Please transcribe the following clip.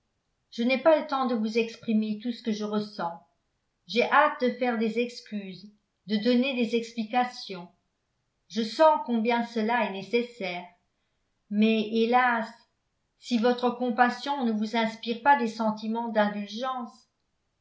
je n'ai pas le temps de vous exprimer tout ce que je ressens j'ai hâte de faire des excuses de donner des explications je sens combien cela est nécessaire mais hélas si votre compassion ne vous inspire pas des sentiments d'indulgence